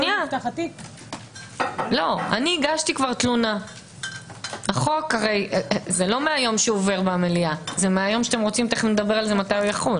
זה לא מהיום שהחוק עובר במליאה תכף נדבר מתי יחול.